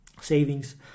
savings